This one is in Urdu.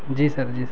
جی سر جی سر